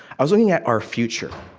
i was looking at our future.